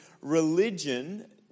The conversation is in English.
Religion